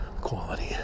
quality